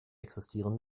existieren